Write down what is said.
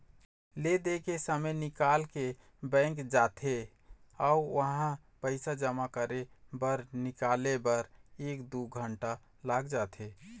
ले दे के समे निकाल के बैंक जाथे अउ उहां पइसा जमा करे बर निकाले बर एक दू घंटा लाग जाथे